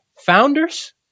founders